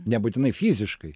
nebūtinai fiziškai